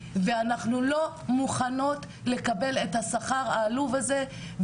ואנחנו לא מוכנות לקבל את השכר העלוב הזה.